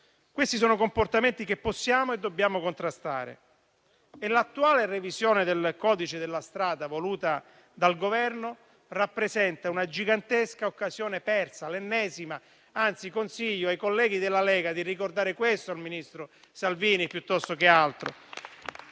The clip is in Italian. Questi sono comportamenti che possiamo e dobbiamo contrastare e l'attuale revisione del codice della strada voluta dal Governo rappresenta una gigantesca occasione persa, l'ennesima. Anzi, consiglio ai colleghi della Lega di ricordare questo al ministro Salvini, piuttosto che altro.